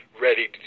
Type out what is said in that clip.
ready